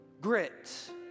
grit